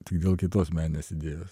tik dėl kitos meninės idėjos